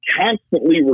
constantly